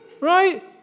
right